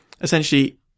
essentially